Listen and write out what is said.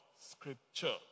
scripture